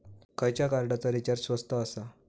खयच्या कार्डचा रिचार्ज स्वस्त आसा?